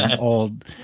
old